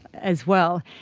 as well.